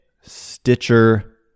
Stitcher